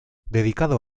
dedicado